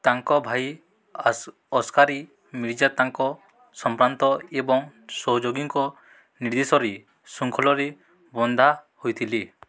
ତାଙ୍କ ଭାଇ ଅସ୍କାରୀ ମିର୍ଜା ତାଙ୍କ ସମ୍ଭ୍ରାନ୍ତ ଏବଂ ସହଯୋଗୀଙ୍କ ନିର୍ଦ୍ଦେଶରେ ଶୃଙ୍ଖଳରେ ବନ୍ଧା ହୋଇଥିଲେ